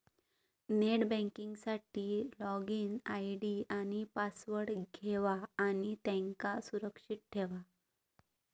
net banking साठी login ID आणि password घेवा आणि त्यांका सुरक्षित ठेवा